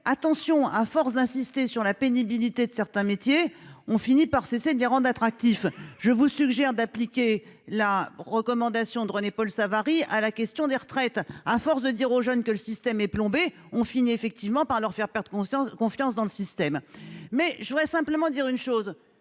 en garde : à force d'insister sur la pénibilité de certains métiers, on finit par cesser de les rendre attractifs. Je vous suggère d'appliquer la recommandation de René-Paul Savary à la question des retraites ! À force de répéter aux jeunes que le système est plombé, on finit effectivement par leur faire perdre confiance. En fait, nous parlons moins des retraites